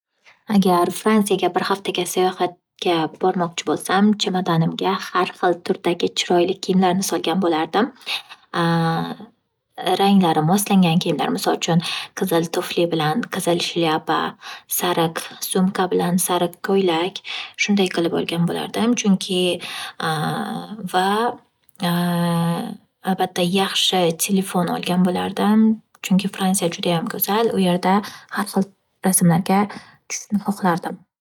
Agar Fransiyaga bir haftaga sayohatga bormoqchi bo'lsam, chemadonimga xar xil turdagi chiroyli kiyimlarni solgan bo'lardim. Ranglari moslangan kiyimlar, misol uchun, qizil tufli bilan qizil shlyapa, sariq sumka bilan sariq ko'ylak shunday qilib olgan bo'lardim. Chunki, va albatta yaxshi telefon olgan bo'lardim. Chunki Fransiya judayam go'zal u yerda har xil rasmlarga tushishni xoxlardim.